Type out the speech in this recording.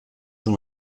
dans